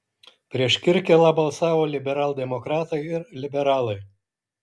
prieš kirkilą balsavo liberaldemokratai ir liberalai